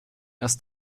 erst